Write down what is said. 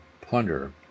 plunder